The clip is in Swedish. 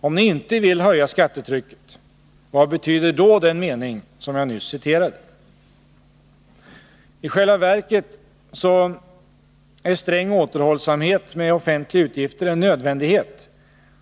Om ni inte vill höja skattetrycket, vad betyder då den mening jag nyss citerade? Nr 29 I själva verket är sträng återhållsamhet med offentliga utgifter en Torsdagen den nödvändighet